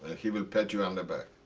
he will pat you on the back.